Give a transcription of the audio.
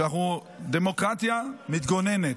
כשאנחנו דמוקרטיה מתגוננת.